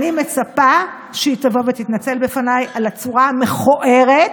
אני מצפה שהיא תבוא ותתנצל בפניי על הצורה המכוערת